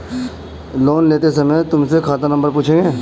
loan लेते समय तुमसे खाता नंबर पूछेंगे